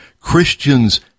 Christians